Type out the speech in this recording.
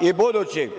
i budućim